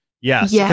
Yes